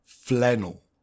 flannel